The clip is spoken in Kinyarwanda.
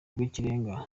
rw’ikirenga